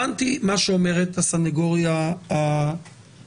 הבנתי מה שאומרת הסנגוריה הציבורית,